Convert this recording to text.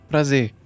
Prazer